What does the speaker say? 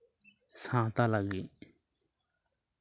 ᱥᱟᱶᱛᱟ ᱞᱟᱹᱜᱤᱫ